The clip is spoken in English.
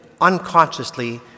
unconsciously